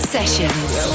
Sessions